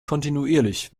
kontinuierlich